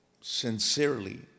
sincerely